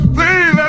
Please